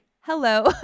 hello